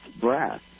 breath